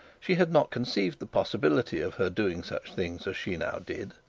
she had not conceived the possibility of her doing such things as she now did.